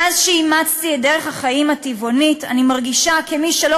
מאז שאימצתי את דרך החיים הטבעונית אני מרגישה כמי שלא